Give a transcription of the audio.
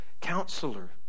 counselor